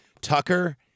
Tucker